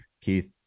Keith